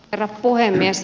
herra puhemies